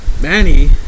Manny